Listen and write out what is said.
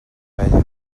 vella